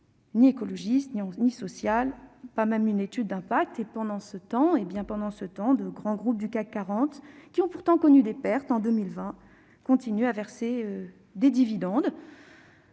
soit écologique ou sociale, ni étude d'impact. Pendant ce temps, de grands groupes du CAC 40 qui ont pourtant connu des pertes en 2020 continuent à verser des dividendes